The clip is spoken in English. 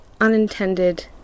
unintended